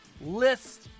list